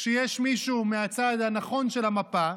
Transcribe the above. כשיש מישהו מהצד הנכון של המפה,